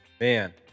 man